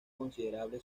considerable